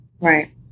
Right